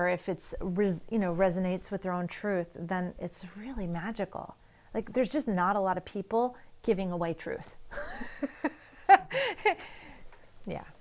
or if it's risen you know resonates with their own truth then it's really magical like there's just not a lot of people giving away truth yeah